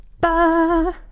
ba